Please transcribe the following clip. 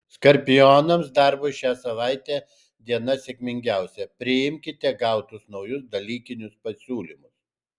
skorpionams darbui šią savaitę diena sėkmingiausia priimkite gautus naujus dalykinius pasiūlymus